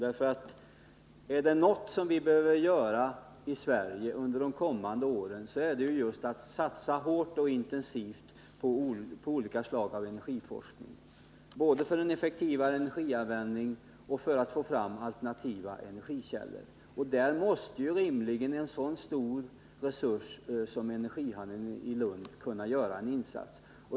Är det något vi behöver göra i Sverige under de kommande åren, så är det ju just att satsa hårt och intensivt på olika slag av energiforskning, både för att åstadkomma en effektivare energianvändning och för att få fram alternativa energikällor. Här måste rimligen en så stor resurs som energihallen i Lund kunna göra en insats.